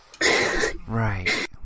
Right